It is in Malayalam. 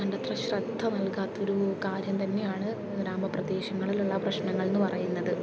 വേണ്ടത്ര ശ്രദ്ധ നൽകാത്തൊരു കാര്യം തന്നെയാണ് ഗ്രാമപ്രദേശങ്ങളിൽ ഉള്ള പ്രശ്നങ്ങളെന്ന് പറയുന്നത്